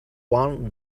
one